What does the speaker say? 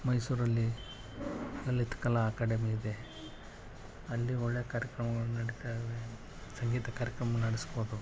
ಮೈಸೂರಲ್ಲಿ ಲಲಿತಕಲಾ ಅಕಾಡಮಿಯಿದೆ ಅಲ್ಲಿ ಒಳ್ಳೆಯ ಕಾರ್ಯಕ್ರಮಗಳು ನಡೀತಾ ಇವೆ ಸಂಗೀತ ಕಾರ್ಯಕ್ರಮ ನಡೆಸ್ಬೌದು